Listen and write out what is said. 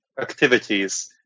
activities